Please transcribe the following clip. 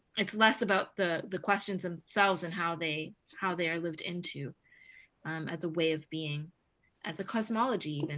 it's less about the the questions themselves and how they how they are lived into as a way of being as a cosmology, and and